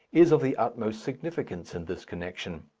is of the utmost significance in this connection.